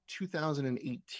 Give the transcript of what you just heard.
2018